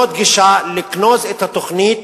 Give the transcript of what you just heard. לשנות גישה, לגנוז את התוכנית,